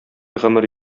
гомер